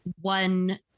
one